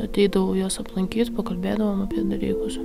ateidavau jos aplankyt pakalbėdavom apie dalykus